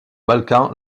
balkans